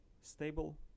stable